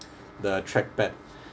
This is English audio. the trackpad